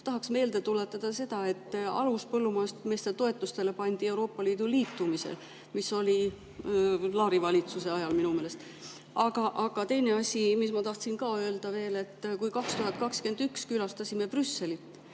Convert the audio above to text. Tahaks meelde tuletada seda, et alus põllumajandustoetustele pandi Euroopa Liiduga liitumisel, mis oli Laari valitsuse ajal minu meelest. Aga teine asi, mis ma tahtsin veel öelda, on see, et kui 2021 külastasime Brüsselit,